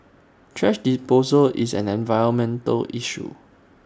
thrash disposal is an environmental issue